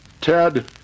Ted